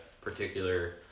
particular